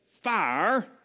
fire